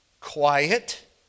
Quiet